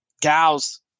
gals